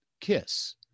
KISS